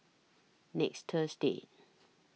next Thursday